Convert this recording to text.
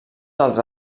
dels